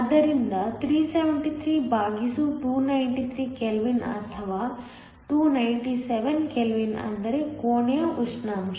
ಆದ್ದರಿಂದ 373 ಬಾಗಿಸು 293 ಕೆಲ್ವಿನ್ ಅಥವಾ 297 ಕೆಲ್ವಿನ್ ಅಂದರೆ ಕೋಣೆಯ ಉಷ್ಣಾಂಶ